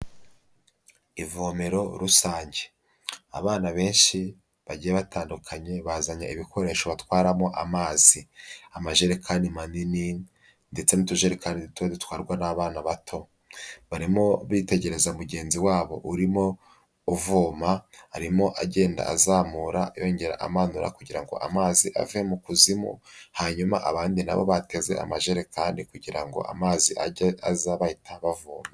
Ivomero rusange. Abana benshi bagiye batandukanye bazanye ibikoresho batwaramo amazi. Amajerekani manini ndetse n'utujerekani duto dutwarwa n'abana bato. Barimo bitegereza mugenzi wabo urimo uvoma, arimo agenda azamura yongera amanura, kugira ngo amazi ave mu kuzimu, hanyuma abandi nabo bateze amajerekani kugira ngo amazi ajye aza bahita bavoma.